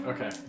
Okay